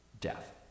death